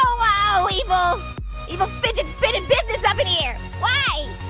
oh evil, evil fidget spinnin' business up in here. why?